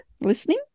listening